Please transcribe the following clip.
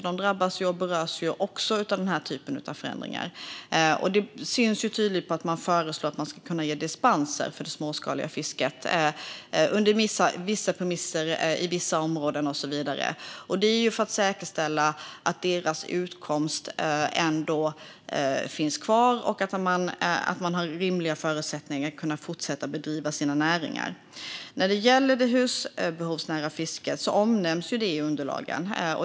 Det drabbas och berörs också av den här typen av förändringar. Det syns tydligt på att man föreslår att man ska kunna ge dispenser för det småskaliga fisket under vissa premisser, i vissa områden och så vidare. Det är för att säkerställa att deras utkomst ändå finns kvar och att de har rimliga förutsättningar att kunna fortsätta att bedriva sina näringar. När det gäller det husbehovsnära fisket omnämns det i underlagen.